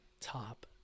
top